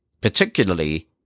particularly